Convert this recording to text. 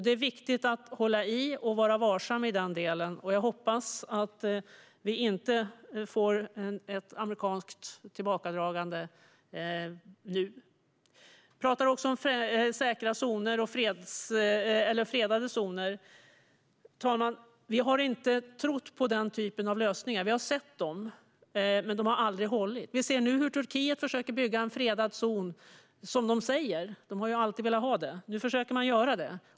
Det är viktigt att hålla i och vara varsam i den delen, och jag hoppas att vi inte får ett amerikanskt tillbakadragande nu. Vi talar också om säkra och fredade zoner. Fru talman! Vi har inte trott på den typen av lösningar. Vi har sett dem, men de har aldrig hållit. Vi ser nu hur Turkiet försöker bygga en fredad zon, som de säger. De har alltid velat ha det, och nu försöker de göra det.